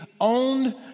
owned